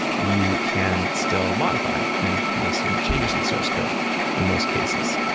you can still modify and you know submit changes to the source code in most cases.